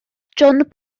john